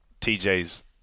TJ's